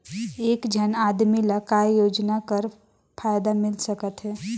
एक झन आदमी ला काय योजना कर फायदा मिल सकथे?